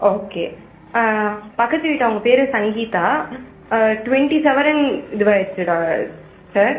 okay பக்கத்துக்கு வீட்டு அவங்க பேர் சங்கீதா ட்வெண்ட்டி சவரன் இதுவாயிருச்சு டா சார்